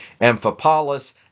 Amphipolis